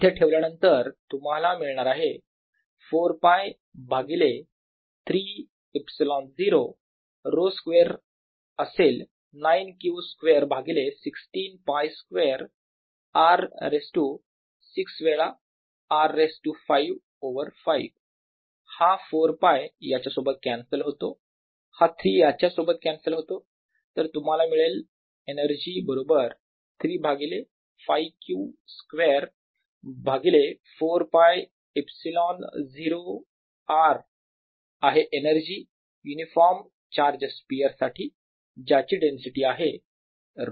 हे इथे ठेवल्यानंतर तुम्हाला मिळणार आहे 4 π भागिले 3 ε0 ρ स्क्वेअर असेल 9 Q स्क्वेअर भागिले 16 π स्क्वेअर R रेज टू 6 वेळा r रेज टू 5 ओवर 5 हा 4 π याच्यासोबत कॅन्सल होतो हा 3 याच्यासोबत कॅन्सल होतो तर तुम्हाला मिळेल एनर्जी बरोबर 3 भागिले 5Q स्क्वेअर भागिले 4 π ε0 R आहे एनर्जी युनिफॉर्म चार्ज स्पियर साठी आहे ज्याची डेन्सिटी आहे ρ